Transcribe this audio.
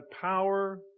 power